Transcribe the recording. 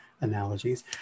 analogies